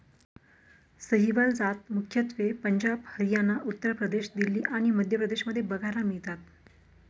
सहीवाल जात मुख्यत्वे पंजाब, हरियाणा, उत्तर प्रदेश, दिल्ली आणि मध्य प्रदेश मध्ये बघायला मिळतात